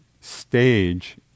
stage